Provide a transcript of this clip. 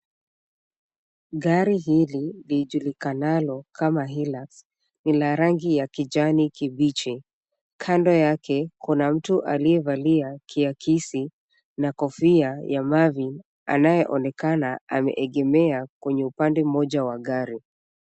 Gari hili lijulikanalo kama Hillux ni la rangi ya kijani kibichi. Kando yake kuna mtu aliyevalia kiakisi na kofia ya mavin anayeonekana ameegemea kwenye upande mmoja wa gari.